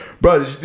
bro